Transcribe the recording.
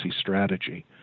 strategy